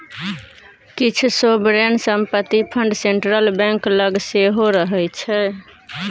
किछ सोवरेन संपत्ति fund central bank लग सेहो रहय छै